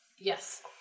Yes